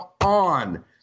on